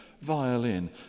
violin